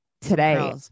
today